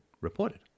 reported